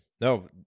No